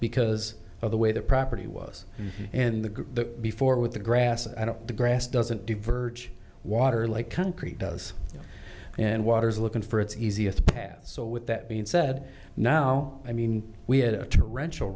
because of the way the property was and the before with the grass and the grass doesn't diverge water like concrete does and water is looking for its easiest path so with that being said now i mean we had a tarantula